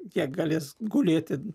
jie galės gulėti